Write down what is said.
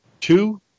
two